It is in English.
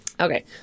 Okay